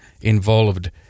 involved